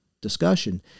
discussion